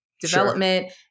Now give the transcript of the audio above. development